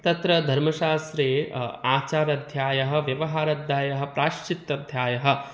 तत्र धर्मशास्त्रे आचाराध्यायः व्यवहाराध्यायः प्रायश्चित्ताध्यायः